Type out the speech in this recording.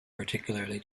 particularly